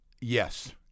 yes